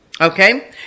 okay